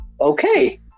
Okay